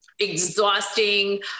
Exhausting